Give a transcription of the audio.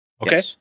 Okay